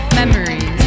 memories